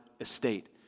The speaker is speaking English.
estate